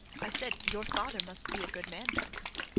i said your father must be a good man, diamond.